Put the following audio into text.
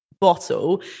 bottle